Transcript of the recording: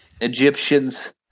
Egyptians